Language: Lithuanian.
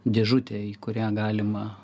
dėžutė į kurią galima